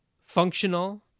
functional